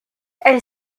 elle